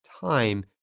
time